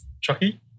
Chucky